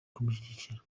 kumushyigikira